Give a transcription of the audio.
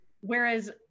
Whereas